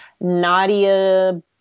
Nadia